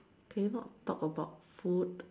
can you not talk about food